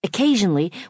Occasionally